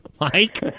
Mike